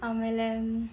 ಆಮೇಲೆ